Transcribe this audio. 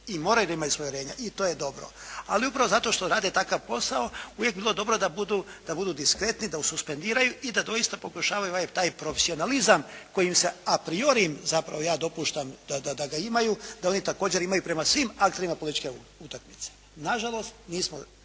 i moraju da imaju svoja uvjerenja i to je dobro, ali upravo zato što rade takav posao uvijek bi bilo dobro da budu diskretni da ususpendiraju i da doista poboljšavaju taj profesionalizam kojim se a priori ja zapravo dopuštam da ga imaju, da oni također imaju prema svim akterima političke utakmice. Na žalost nismo,